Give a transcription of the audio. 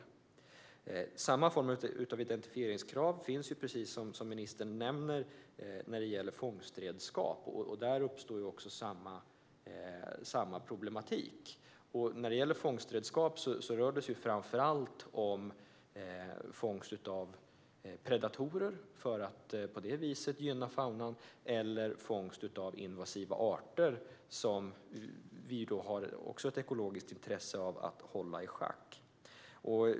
Samma form av identifieringskrav finns ju, precis som ministern nämner, när det gäller fångstredskap och där uppstår samma problematik. Vid fångstredskap rör det sig främst om fångst av predatorer för att på det viset gynna faunan eller om fångst av invasiva arter som man har ett ekologiskt intresse av att hålla i schack.